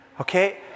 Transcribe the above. okay